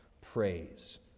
Praise